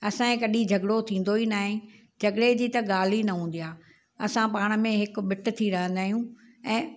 असांजे कॾहिं झगिड़ो थींदो ई न आहे झगिड़े जी त ॻाल्हि न हूंदी आहे असां पाण में हिकु बिट थी रहंदा आहियूं ऐं